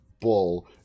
Bull